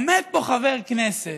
עומד פה חבר כנסת,